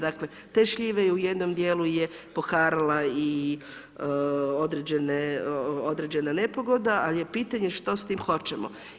Dakle te šljive u jednom djelu je poharala i određena nepogoda ali je pitanje što s tim hoćemo.